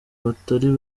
batari